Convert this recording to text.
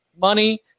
money